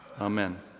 Amen